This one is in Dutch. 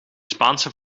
spaanse